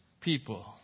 people